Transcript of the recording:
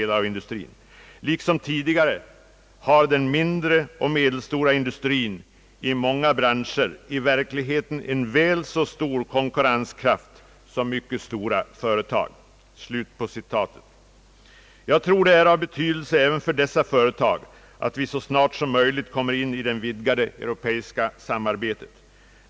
Liksom tidigare har den mindre och medelstora industrien i många branscher i verkligheten en väl så stor konkurrenskraft som mycket stora företag.» Det är av betydelse även för dessa företag att vi så snart som möjligt kommer in i det vidgade europeiska samarbetet.